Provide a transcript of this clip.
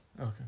Okay